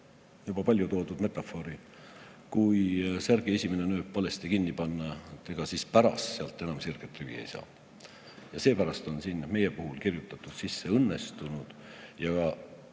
juba palju toodud metafoori: kui särgi esimene nööp valesti kinni panna, ega siis pärast sealt enam sirget rivi ei saa. Ja seepärast on sinna meie puhul kirjutatud sisse: "Õnnestunud." Kui